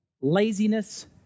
laziness